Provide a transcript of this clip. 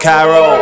Cairo